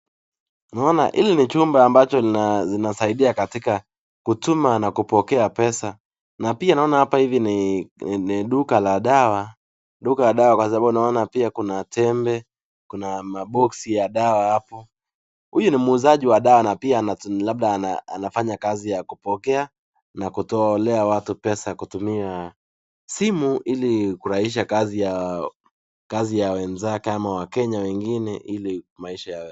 Naona hili ni chumba ambacho linasaidia katika kutuma nakupokea pesa na pia naona hapa ivi ni duka la dawa, kwa sababu naona pia kuna tembe kuna maboxi ya dawa hapo. Huyu ni muuzaji wa dawa na labda anafanya kazi ya kupokea na kutolea watu pesa kutumia simu ili kurahisisha kazi ya wenzake au wakenya wengine ili maisha yawe.